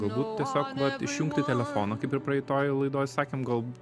galbūt tiesiog vat išjungti telefoną kaip ir praeitoj laidoj sakėm gal